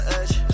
edge